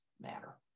matter